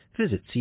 visit